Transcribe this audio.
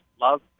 love